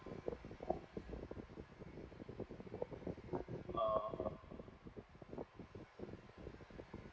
uh